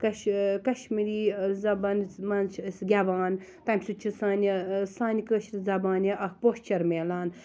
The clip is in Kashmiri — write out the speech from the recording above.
کَش زَبانہِ مَںٛز چھِ أسۍ گیٚوان تمہِ سۭتۍ چھِ سانہِ سانہِ کٲشرٕ زَبانہِ اکھ پوچھَر مِلان